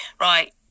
right